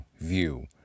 view